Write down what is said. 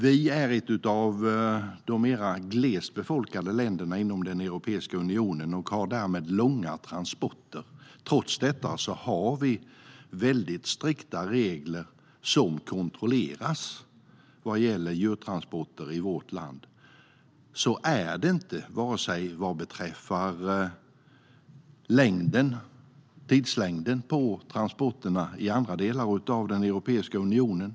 Vi är ett av de mer glest befolkade länderna inom Europeiska unionen och har därmed långa transporter. Trots detta har vi strikta regler och kontroller vad gäller djurtransporter i vårt land. Så är det inte vad beträffar tidslängden på transporterna i andra delar av Europeiska unionen.